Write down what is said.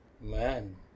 Man